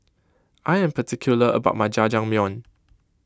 I am particular about my Jajangmyeon